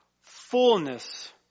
Fullness